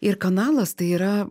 ir kanalas tai yra